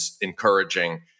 encouraging